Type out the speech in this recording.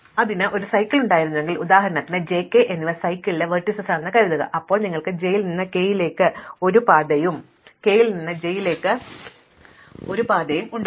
കാരണം അതിന് ഒരു ചക്രം ഉണ്ടായിരുന്നുവെങ്കിൽ ഉദാഹരണത്തിന് j k എന്നിവ സൈക്കിളിലെ ലംബങ്ങളാണെന്ന് കരുതുക അപ്പോൾ നിങ്ങൾക്ക് j ൽ നിന്ന് k ലേക്ക് ഒരു പാതയും k ൽ നിന്ന് j ലേക്ക് ഒരു പാതയും ഉണ്ടാകും